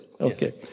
Okay